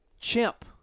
chimp